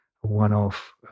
one-off